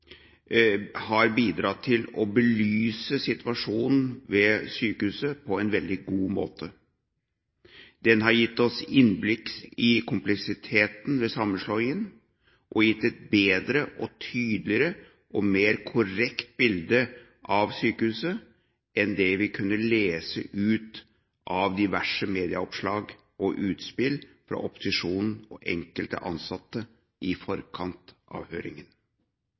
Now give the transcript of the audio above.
har bidratt til å belyse situasjonen ved sykehuset på en veldig god måte. Den har gitt oss innblikk i kompleksiteten ved sammenslåingen, og gitt et bedre og tydeligere og mer korrekt bilde av sykehuset enn det vi kunne lese ut av diverse medieoppslag og utspill fra opposisjonen og enkelte ansatte i forkant av høringen.